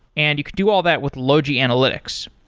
and you could do all that with logi analytics.